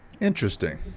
Interesting